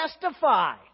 testify